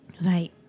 Right